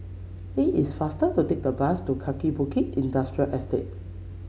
it is faster to take the bus to Kaki Bukit Industrial Estate